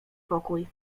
pokój